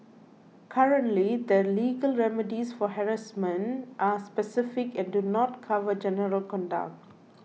currently the legal remedies for harassment are specific and do not cover general conduct